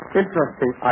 interesting